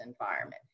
environment